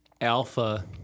alpha